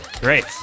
Great